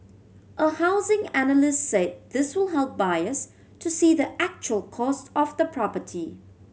a housing analyst said this will help buyers to see the actual cost of the property